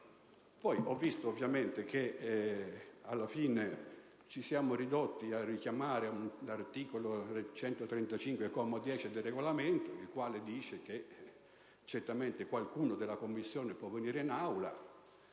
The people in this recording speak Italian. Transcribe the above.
Poi ho visto ovviamente che alla fine ci siamo ridotti a richiamare l'articolo 135, comma 10, del Regolamento, il quale dice che certamente qualcuno della Commissione può venire in Aula,